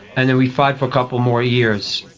and then we fought for a couple more years.